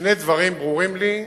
שני דברים ברורים לי.